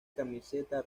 camiseta